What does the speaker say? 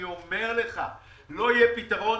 לא יהיה פתרון.